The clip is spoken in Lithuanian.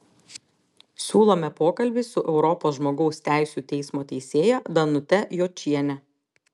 siūlome pokalbį su europos žmogaus teisių teismo teisėja danute jočiene